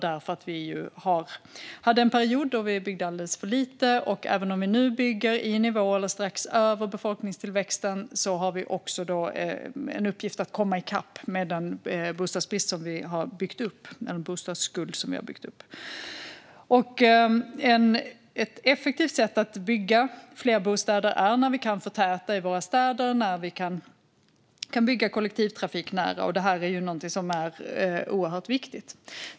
Vi hade ju en period då vi byggde alldeles för lite, och även om vi nu bygger i nivå med eller strax över befolkningstillväxten har vi också en uppgift att komma ikapp med den bostadsskuld som vi har byggt upp. Ett effektivt sätt att bygga fler bostäder är att förtäta i våra städer och bygga kollektivtrafiknära. Det här är någonting som är oerhört viktigt.